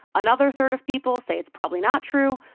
another third of people say it's probably not true.